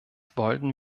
wollten